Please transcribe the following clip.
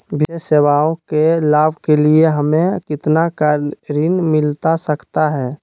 विशेष सेवाओं के लाभ के लिए हमें कितना का ऋण मिलता सकता है?